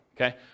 Okay